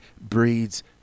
breeds